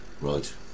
Right